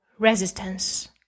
Resistance